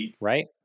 Right